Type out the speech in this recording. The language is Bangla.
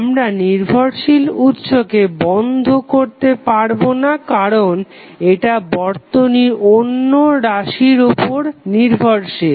আমরা নির্ভরশীল উৎসকে বন্ধ করতে পারবো না কারণ এটা বর্তনীর অন্য রাশির উপর নির্ভরশীল